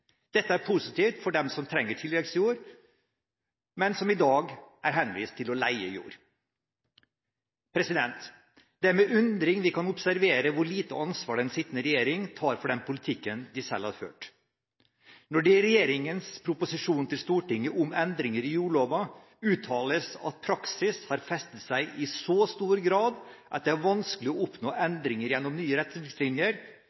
Dette er positivt for dem som trenger tilleggsjord, men som i dag er henvist til å leie jord. Det er med undring vi kan observere hvor lite ansvar den sittende regjering tar for den politikken den selv har ført. Når det i regjeringens proposisjon til Stortinget om endringer i jordloven uttales at praksis har festet seg i så stor grad at det er vanskelig å oppnå